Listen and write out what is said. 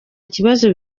kibazo